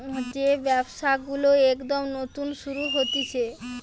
যেই ব্যবসা গুলো একদম নতুন শুরু হতিছে